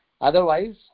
Otherwise